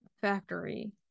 factory